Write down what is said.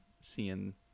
seeing